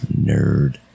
nerd